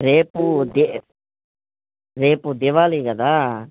రేపు ద రేపు దిపావళి కదా